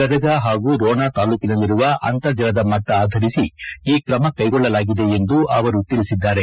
ಗದಗ ಹಾಗೂ ರೋಣ ತಾಲೂಕಿನಲ್ಲಿರುವ ಅಂತರ್ಜಲದ ಮಟ್ಟ ಆಧರಿಸಿ ಈ ಕ್ರಮ ಕ್ಟೆಗೊಳ್ಳಲಾಗಿದೆ ಎಂದು ಅವರು ತಿಳಿಸಿದ್ದಾರೆ